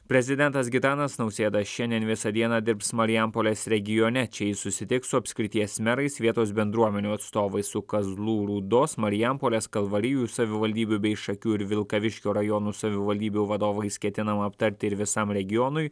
prezidentas gitanas nausėda šiandien visą dieną dirbs marijampolės regione čia jis susitiks su apskrities merais vietos bendruomenių atstovais su kazlų rūdos marijampolės kalvarijų savivaldybių bei šakių ir vilkaviškio rajonų savivaldybių vadovais ketinama aptarti ir visam regionui